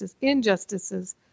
injustices